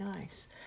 nice